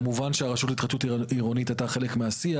כמובן שהרשות להתחדשות עירונית הייתה חל מהשיח,